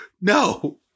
no